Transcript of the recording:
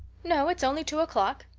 no, it's only two o'clock.